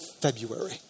February